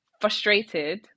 frustrated